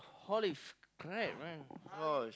!holy f~ crap! right !gosh!